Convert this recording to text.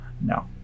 No